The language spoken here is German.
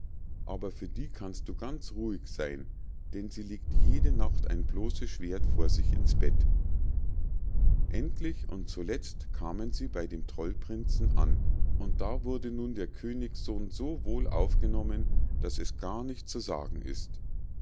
aber für die kannst du ganz ruhig sein denn sie legt jede nacht ein bloßes schwert vor sich ins bett endlich und zuletzt kamen sie bei dem trollprinzen an und da wurde nun der königssohn so wohl aufgenommen daß es gar nicht zu sagen ist